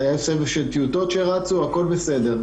יש סבב של טיוטות שרצו הכול בסדר.